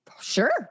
sure